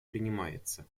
принимается